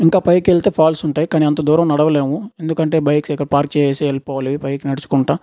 ఇంకా పైకి వెళ్తే ఫాల్స్ ఉంటాయి కానీ అంత దూరం నడవలేము ఎందుకంటే బయట పార్క్ చేసి వెళ్లిపోవాలి పైకి నడుచుకుంటూ